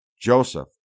Joseph